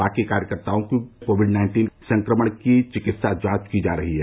बाकी कार्यकर्ताओं की कोविड नाइन्टीन संक्रमण की चिकित्सा जांच की जा रही है